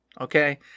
okay